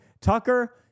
Tucker